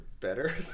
better